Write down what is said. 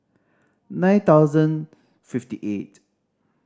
nine thousand fifty eight